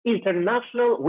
International